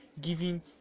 giving